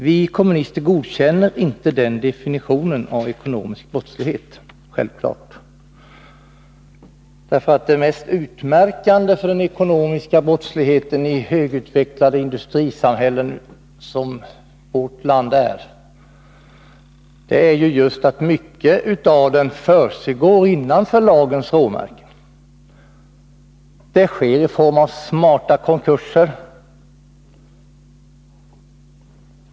Vi kommunister godkänner självfallet inte den definitionen av ekonomisk brottslighet. Det mest utmärkande för den ekonomiska brottsligheten i högutvecklade industrisamhällen som vårt land är just att mycket av denna brottslighet försiggår inom lagens råmärken. Det sker i form av smarta konkurser.